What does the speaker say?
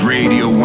Radio